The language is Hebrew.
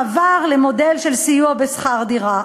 מעבר למודל של סיוע בשכר דירה.